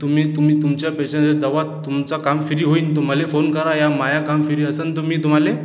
तुम्ही तुम्ही तुमचा पॅसेंजर जेव्हा तुमचं काम फ्री होईल तर मला फोन करा माझं काम फ्री असेल तर मी तुम्हाला